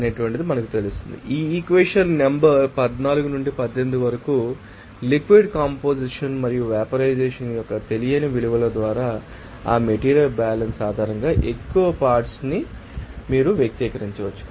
కాబట్టి ఈ equation number 14 నుండి 18 వరకు లిక్విడ్ కంపొజిషన్ మరియువెపరైజెషన్ం యొక్క తెలియని విలువల ద్వారా ఆ మెటీరియల్ బ్యాలన్స్ ఆధారంగా ఎక్కువ పార్ట్శ్ ు ఏమిటో మీరు వ్యక్తీకరించవచ్చు